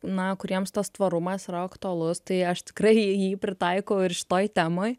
na kuriems tas tvarumas yra aktualus tai aš tikrai jį pritaikau ir šitoj temoj